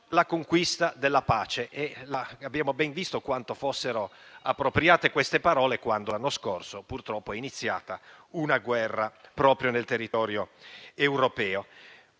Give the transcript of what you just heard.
la conquista della pace: e abbiamo ben visto quanto fossero appropriate queste parole l'anno scorso, quando purtroppo è iniziata una guerra proprio nel territorio europeo.